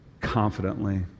confidently